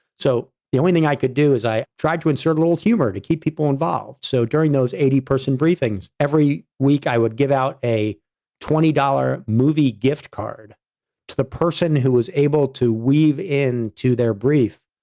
so the only thing i could do is i tried to insert a little humor to keep people involved. so, during those eighty person briefings every week i would give out a twenty dollars movie gift card to the person who was able to weave in to their brief,